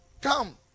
Come